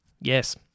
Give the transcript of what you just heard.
Yes